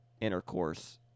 intercourse